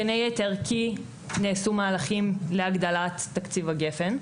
בין היתר כי נעשו מהלכים להגדלת תקציב הגפן,